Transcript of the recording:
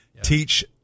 teach